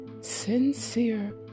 sincere